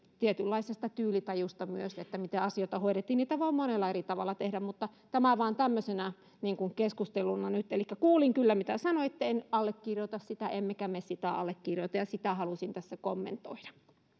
tietynlaisesta tyylitajusta myös miten asioita hoidettiin asioita voi monella eri tavalla tehdä mutta tämä vain tämmöisenä niin kuin keskusteluna nyt elikkä kuulin kyllä mitä sanoitte en allekirjoita sitä emmekä me sitä allekirjoita ja sitä halusin tässä kommentoida